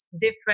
different